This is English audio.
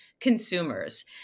consumers